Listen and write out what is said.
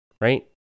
right